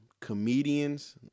comedians